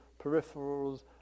peripherals